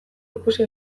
ikusi